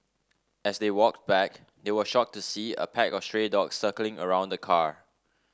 as they walked back they were shocked to see a pack of stray dogs circling around the car